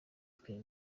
twe